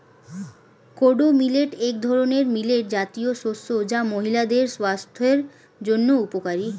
kodo millet এক ধরনের millet জাতীয় শস্য যা মহিলাদের স্বাস্থ্যের জন্য উপকারী